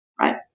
right